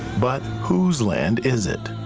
but whose land is it?